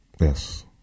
yes